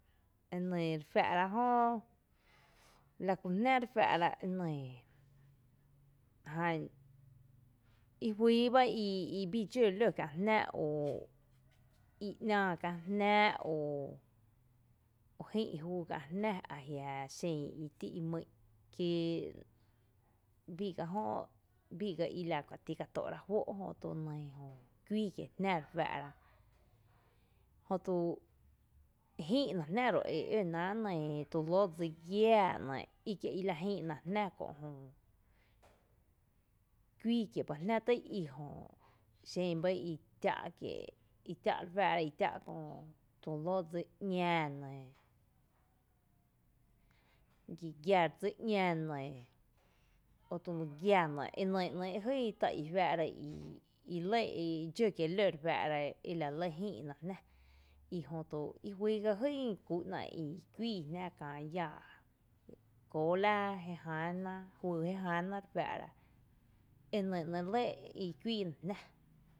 E nɇɇ re fáá’ra jö lakú jná re fáá’ra e nɇɇ jan e juíi ba ibii dxó lun kiä’ jná oo i nⱥⱥ kiä’ jná o jïï’ júú kiä’ jná jia’ xen i t´’i’n i mý’n i biiga jö, biiga ika ti ka tó’rá’ juó’ jötu kuíi kié’ jná re faa’ra jötu, jïï’ na jná ro’ üná tu lóo dsi giaa ‘nɇɇ’ i kie’ i la jïï’na jná jö kuii kié’ b’a jná tá’ i i jö, xen bá i tⱥ’ kie i tⱥ’ re fⱥⱥ’ra tu lóo dsi ‘ña nɇɇ, gi gia re dsi ‘ña nɇɇ o tulu gia nɇɇ, e nɇ nɇɇ’ jýn tá’ i i fⱥⱥ’ra i i lɇ i dxó kie’ ló re fⱥⱥ’ra i la lɇ jïï’na jná i jötu i juýy gá jýn kúú’na i kuíi jná llaa kóo la jé jáná juyy jé jáná re fⱥⱥ’ra e nɇ nɇ’ lɇ i kuii na jná.